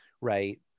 right